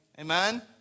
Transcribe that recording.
Amen